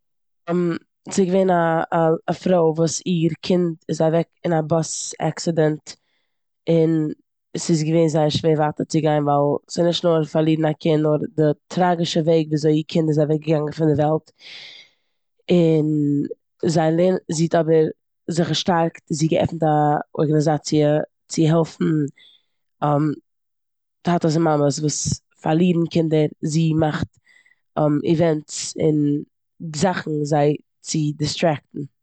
ס'געווען א- א- א פרוי וואס איר קינד איז אוועק אין א באס עקסידענט און ס'איז געווען זייער שווער ווייטער צו גיין ווייל ס'נישט נאר פארלירן א קינד נאר די טראגישע וועג וואס איר קינד איז אוועקגעגאנגען פון די וועלט, און זיי לע- זי האט אבער זיך געשטארקט, זי האט געעפנט א ארגאנאזאציע צו העלפן טאטעס און מאמעס וואס פארלירן קינדער. זי מאכט איווענטס און זאכן זיי צו דיסטרעקטן.